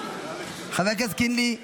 חבר הכנסת קינלי,